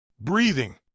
breathing